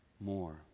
more